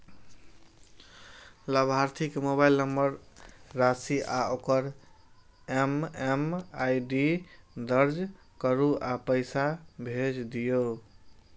लाभार्थी के mobile number, राशि आ ओकर एम.एम.आई.डी दर्ज करू आ पैसा भेज दियौ